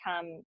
come